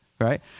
Right